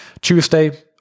tuesday